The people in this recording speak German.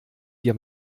dir